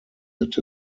that